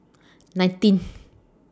nineteen